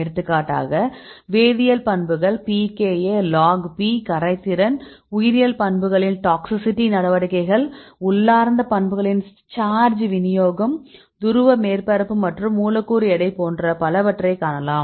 எடுத்துக்காட்டாக வேதியியல் பண்புகள் pKa log P கரைதிறன் உயிரியல் பண்புகளில் டாக்ஸிசிட்டி நடவடிக்கைகள் உள்ளார்ந்த பண்புகளில் சார்ஜ் விநியோகம் துருவ மேற்பரப்பு மற்றும் மூலக்கூறு எடை போன்ற பலவற்றைக் காணலாம்